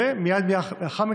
ועור.